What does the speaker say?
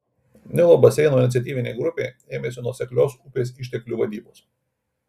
nilo baseino iniciatyvinė grupė ėmėsi nuoseklios upės išteklių vadybos